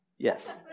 Yes